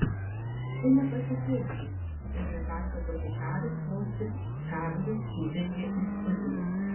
tu nepatikėsi ėmė pasakoti haris vos tik čarlis įžengė į studiją